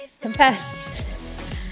confess